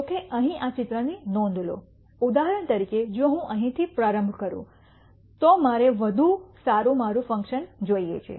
જો કે અહીં આ ચિત્રની નોંધ લો ઉદાહરણ તરીકે જો હું અહીંથી પ્રારંભ કરું તો મારે વધુ સારું મારું ફંક્શન જોઈએ છે